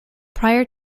prior